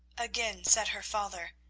again said her father,